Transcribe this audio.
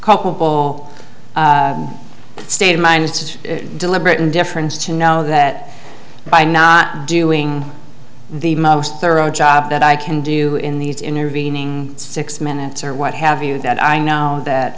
culpable state of mind to deliberate indifference to know that by not doing the most thorough job that i can do in these intervening six minutes or what have you that i know that